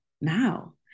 now